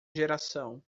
geração